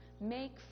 make